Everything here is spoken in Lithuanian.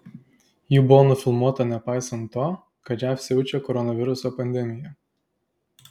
ji buvo nufilmuota nepaisant to kad jav siaučia koronaviruso pandemija